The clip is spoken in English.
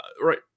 Right